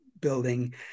building